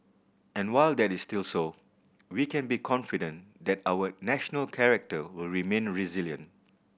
and while that is still so we can be confident that our national character will remain resilient